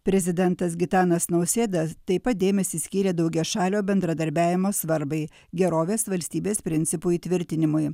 prezidentas gitanas nausėda taip pat dėmesį skyrė daugiašalio bendradarbiavimo svarbai gerovės valstybės principų įtvirtinimui